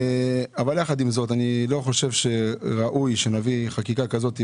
אבל יחד עם זאת אני חושב שראוי שלא נביא חקיקה כזאת בפגרה.